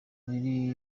biri